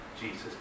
Jesus